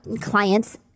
clients